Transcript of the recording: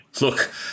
Look